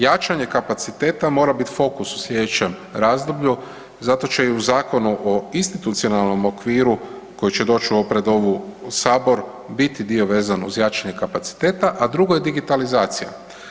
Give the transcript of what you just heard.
Jačanje kapaciteta mora biti fokus u sljedećem razdoblju, zato će i u Zakonu o institucionalnom okviru koji će doći pred ovu, Sabor, biti dio vezan uz jačanje kapaciteta, a drugo je digitalizacija.